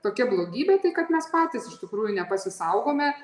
tokia blogybė tai kad mes patys iš tikrųjų nepasisaugome